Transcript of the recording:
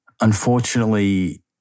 Unfortunately